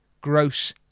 gross